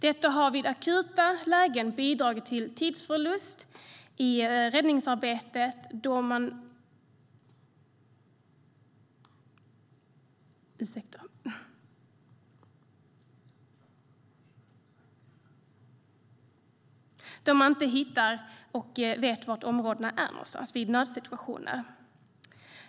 Detta har vid akuta lägen bidragit till tidsförlust i räddningsarbetet, då man i nödsituationer inte har vetat var området är.